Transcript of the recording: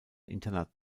internat